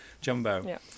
Jumbo